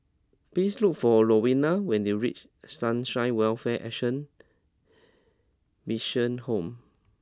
please look for Rowena when you reach Sunshine Welfare Action Mission Home